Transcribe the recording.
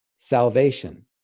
salvation